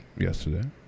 Yesterday